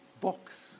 box